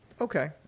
okay